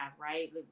right